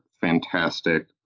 fantastic